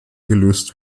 gelöst